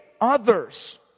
others